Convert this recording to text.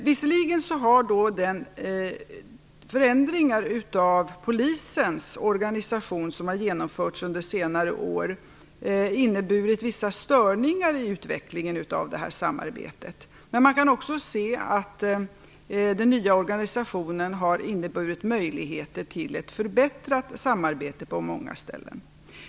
Visserligen har de förändringar av polisens organisation som har genomförts under senare år inneburit vissa störningar i utvecklingen av samarbetet. Men man kan också se att den nya organisationen har inneburit möjligheter till ett förbättrat samarbete på många håll.